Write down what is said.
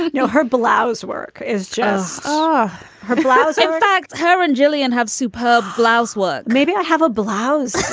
you know her blouse work is just um ah her blouse. in fact, her and jillian have superb blouse work. maybe i have a blouse.